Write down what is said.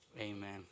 amen